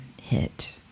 hit